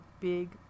big